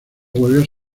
huelgas